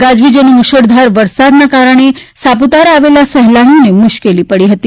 ગાજવીજ અને મુશળધાર વરસાદના કારણે સાપુતારા આવેલા સહેલાણીઓને મુશ્કેલી પડી હતી